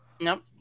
Nope